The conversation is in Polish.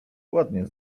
ładnie